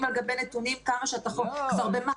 על גבי נתונים כמה שהתחלואה כבר במאי,